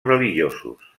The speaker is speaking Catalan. religiosos